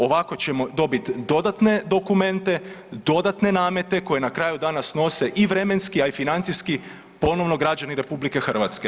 Ovako ćemo dobiti dodatne dokumente, dodatne namete koje na kraju danas nose i vremenski, a i financijski ponovo građani RH.